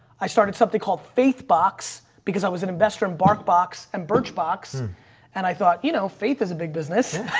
i started something called faithbox because i was an investor in barkbox and birchbox and i thought, you know, faith is a big business.